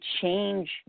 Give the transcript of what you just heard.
change